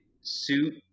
suit